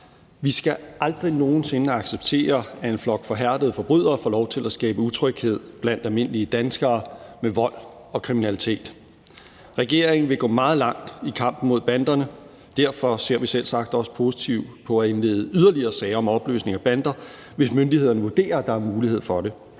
Vi skal aldrig nogen sinde acceptere, at en flok forhærdede forbrydere får lov til at skabe utryghed blandt almindelige danskere med vold og kriminalitet. Regeringen vil gå meget langt i kampen mod banderne. Derfor ser vi selvsagt også positivt på at indlede yderligere sager om opløsning af bander, hvis myndighederne vurderer, at der er mulighed for det.